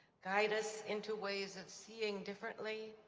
guide us into ways of seeing differently,